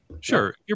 Sure